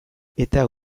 egun